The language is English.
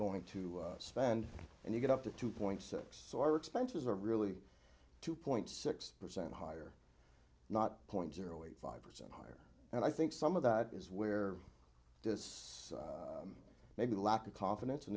going to spend and you get up to two point six so our expenses are really two point six percent higher not point zero eight five percent higher and i think some of that is where maybe the lack of confidence in